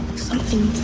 something